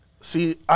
See